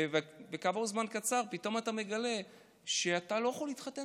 וכעבור זמן קצר פתאום אתה מגלה שאתה לא יכול להתחתן